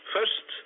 First